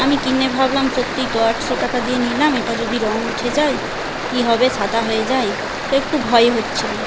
আমি কিনে ভাবলাম সত্যিই তো আটশো টাকা দিয়ে নিলাম এটা যদি রঙ উঠে যায় কী হবে সাদা হয়ে যায় তো একটু ভয় হচ্ছিলো